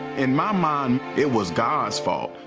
in my mind, it was god's fault.